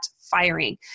firing